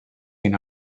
can